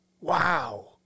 wow